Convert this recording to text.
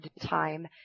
time